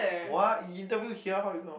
what he interview here how you know